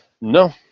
No